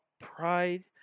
Pride